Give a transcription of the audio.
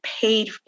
paid